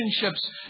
relationships